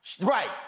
right